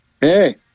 hey